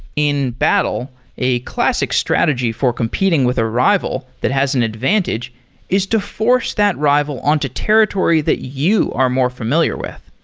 in battle, a classic strategy for competing with a rival that has an advantage is to force that rival on to territory that you are more familiar with.